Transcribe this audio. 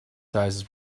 sizes